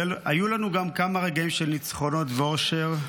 היו לנו גם כמה רגעים של ניצחונות ואושר.